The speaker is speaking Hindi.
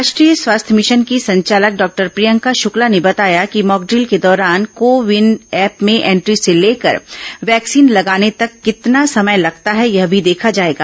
राष्ट्रीय स्वास्थ्य भिशन की संचालक डॉक्टर प्रियंका शुक्ला ने बताया कि मॉकड्रिल के दौरान को विन ऐप में एंट्री से लेकर वैक्सीन लगाने तक कितना समय लगता है यह भी देखा जाएगा